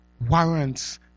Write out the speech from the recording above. warrants